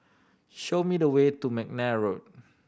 show me the way to McNair Road